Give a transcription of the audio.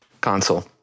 console